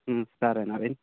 సరే మరి